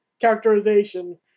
characterization